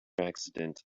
accident